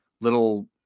little